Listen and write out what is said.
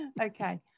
okay